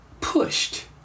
pushed